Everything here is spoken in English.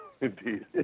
indeed